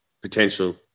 potential